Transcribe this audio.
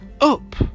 up